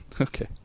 Okay